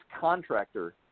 contractor